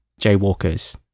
jaywalkers